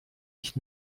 nicht